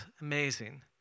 amazing